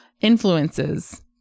influences